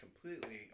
completely